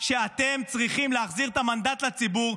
שאתם צריכים להחזיר את המנדט לציבור,